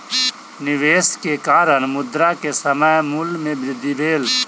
निवेश के कारण, मुद्रा के समय मूल्य में वृद्धि भेल